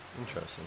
Interesting